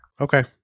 Okay